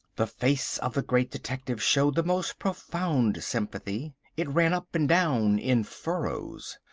the face of the great detective showed the most profound sympathy. it ran up and down in furrows.